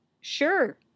sure